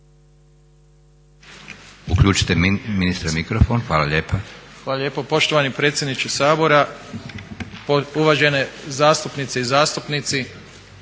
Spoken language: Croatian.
Izvolite ministre. **Varga, Siniša (SDP)** hvala lijepo. Poštovani predsjedniče Sabora, uvažene zastupnice i zastupnici.